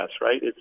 right